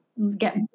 get